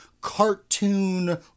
cartoon